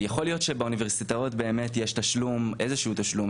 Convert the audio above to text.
יכול להיות שבאוניברסיטאות יש איזשהו תשלום,